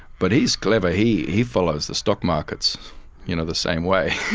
but he's clever, he he follows the stock markets you know the same way,